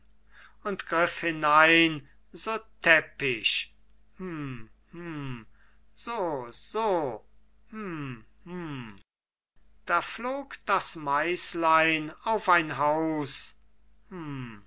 und griff hinein so täppisch hm hm so so hm hm da flog das meislein auf ein haus hm